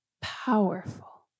powerful